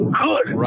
good